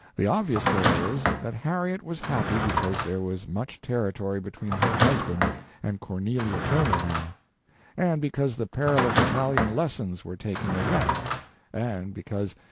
the obvious thing is, that harriet was happy because there was much territory between her husband and cornelia turner now and because the perilous italian lessons were taking a rest and because,